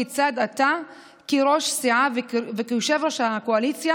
כיצד אתה כראש סיעה וכיושב-ראש הקואליציה